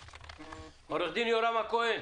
עו"ד יורם הכהן,